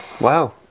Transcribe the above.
Wow